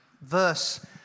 verse